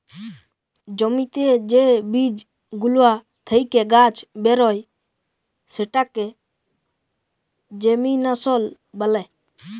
জ্যমিতে যে বীজ গুলা থেক্যে গাছ বেরয় সেটাকে জেমিনাসল ব্যলে